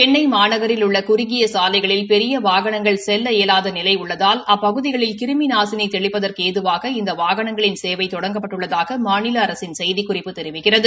சென்னை மாநகரில் உள்ள குறுகிய சாலைகளில் பெரிய வாகனங்கள் செல்ல இயலாத நிலை உள்ளதால் அப்பகுதிகளில் கிருமி நாசினி தெளிப்பதற்கு ஏதுவாக இந்த வாகனங்களின் சேவை தொடங்கப்பட்டுள்ளதாக மாநில அரசின் செய்திக்குறிப்பு தெரிவிக்கிறது